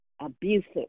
abusive